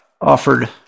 offered